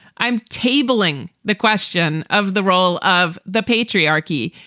i'm tabling the question of the role of the patriarchy.